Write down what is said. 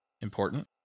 important